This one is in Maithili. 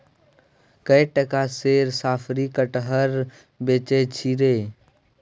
कए टका सेर साफरी कटहर बेचय छी रे